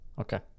Okay